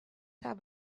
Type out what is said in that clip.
have